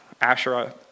Asherah